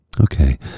Okay